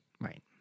Right